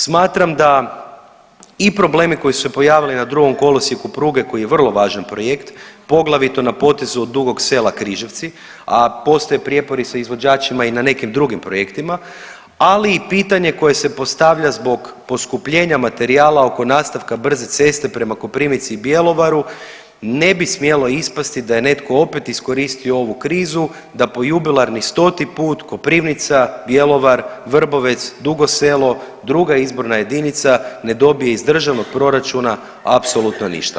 Smatram da i problemi koji su se pojavili na drugom kolosijeku pruge koji je vrlo važan projekt poglavito na potezu od Dugog Sela – Križevci, a postoje prijepori sa izvođačima i na nekim drugim projektima, ali i pitanje koje se postavlja zbog poskupljenja materijala oko nastavka brze ceste prema Koprivnici i Bjelovaru ne bi smjelo ispasti da je netko opet iskoristio ovu krizu, da po jubilarni stoti put Koprivnica, Bjelovar, Vrbovec, Dugo Selo, druga izborna jedinica ne dobije iz državnog proračuna apsolutno ništa.